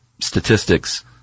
statistics